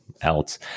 else